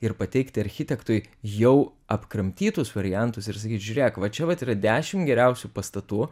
ir pateikti architektui jau apkramtytus variantus ir sakyt žiūrėk va čia vat yra dešim geriausių pastatų